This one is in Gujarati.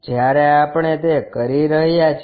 જ્યારે આપણે તે કરી રહ્યા છીએ